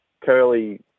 curly